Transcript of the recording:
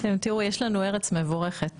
תראו, יש לנו ארץ מבורכת.